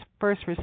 first